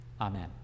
Amen